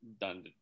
done